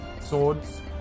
swords